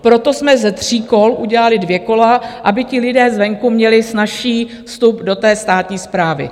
Proto jsme ze tří kol udělali dvě kola, aby ti lidé zvenku měli snazší vstup do té státní správy.